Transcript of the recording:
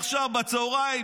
עכשיו בצוהריים,